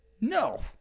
no